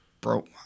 bro